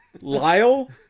Lyle